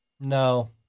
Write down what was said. No